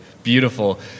Beautiful